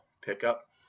pickup